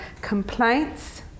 complaints